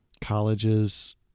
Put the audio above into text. Colleges